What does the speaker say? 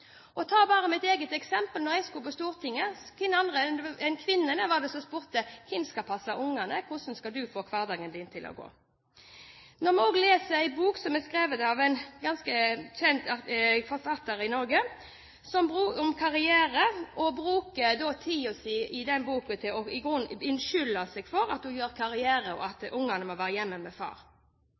bare ta meg selv som eksempel. Da jeg skulle på Stortinget, hvem andre enn kvinnene var det som spurte: Hvem skal passe ungene? Hvordan skal du få hverdagen din til å gå? En ganske kjent forfatter i Norge har skrevet en bok om karriere og bruker boken sin til i grunnen å unnskylde seg for at hun gjør karriere, og at ungene må være hjemme med far.